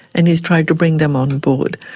and he has tried to bring them on board.